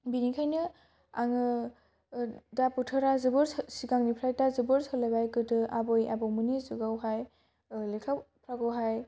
बिनिखायनो आङो दा बोथोरा जोबोद सिगांनिफ्रायदा जोबोद सोलायबाय गोदो आबै आबौमोननि जुगाव हाय लेखाफ्राव हाय